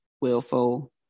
willful